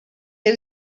had